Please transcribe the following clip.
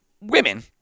women